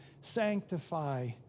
sanctify